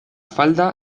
falda